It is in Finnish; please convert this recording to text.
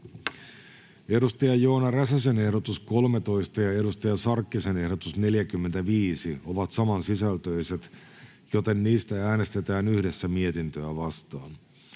Content: Joona Räsäsen ehdotus 13 ja Hanna Sarkkisen ehdotus 45 ovat samansisältöiset, joten niistä äänestetään yhdessä mietintöä vastaan